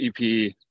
EP